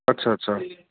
ਅੱਛਾ ਅੱਛਾ